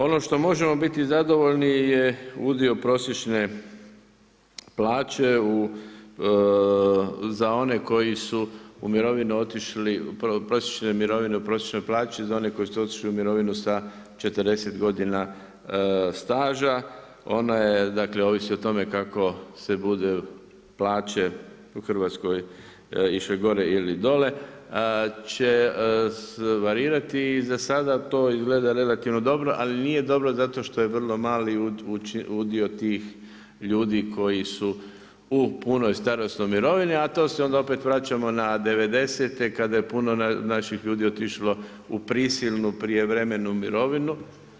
Ono što možemo biti zadovoljni je udio prosječne plaće za one koji su u mirovinu otišli, prosječne mirovine u prosječnoj plaći za one koji su otišli u mirovinu sa 40 godina staža, ona je, dakle ovisi o tome kako se budu plaće u Hrvatskoj išle godine ili dolje će varirati i za sada to izgleda relativno dobro, ali nije dobro zato što je vrlo mali udio tih ljudi koji su u punoj starosnoj mirovini a to se onda opet vraćamo na '90.-te kada je puno naših ljudi otišlo u prisilnu prijevremenu mirovinu.